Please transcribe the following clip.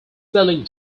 selling